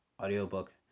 audiobook